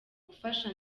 gufasha